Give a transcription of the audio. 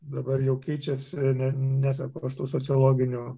dabar jau keičiasi ne neseku ar tų sociologinių